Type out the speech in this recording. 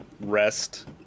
rest